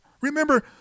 Remember